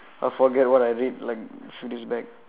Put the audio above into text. I forget what I read like few days back